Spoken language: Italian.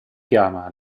chiama